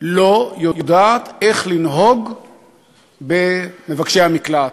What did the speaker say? לא יודעת איך לנהוג במבקשי המקלט,